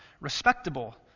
respectable